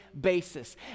basis